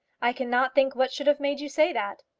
i cannot think what should have made you say that.